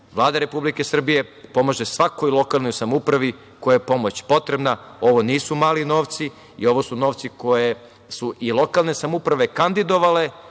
Vlada Republike Srbije pomaže svakoj lokalnoj samoupravi kojoj je pomoć potrebna. Ovo nisu mali novci, ovo su novci koje su i lokalne samouprave kandidovale